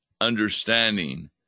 understanding